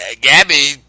Gabby